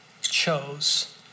chose